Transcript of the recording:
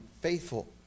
faithful